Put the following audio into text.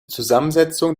zusammensetzung